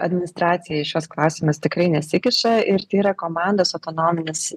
administracija į šiuos klausimus tikrai nesikiša ir tai yra komandos autonominis